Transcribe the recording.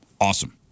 Awesome